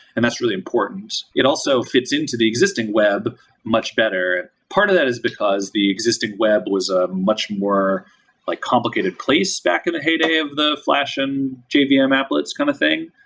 and that's really important. it also fits into the existing web much better. part of that is because the existing web was a much more like complicated place back in the heyday of the flash and jvm um applets kind of thing.